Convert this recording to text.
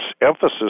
emphasis